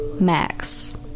Max